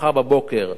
מחר בבוקר.